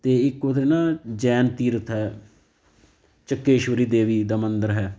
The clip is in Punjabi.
ਅਤੇ ਇੱਕ ਉਰੇ ਨਾ ਜੈਨ ਤੀਰਥ ਹੈ ਚਕੇਸ਼ਵਰੀ ਦੇਵੀ ਦਾ ਮੰਦਰ ਹੈ